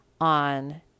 on